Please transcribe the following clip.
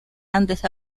antes